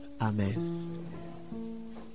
Amen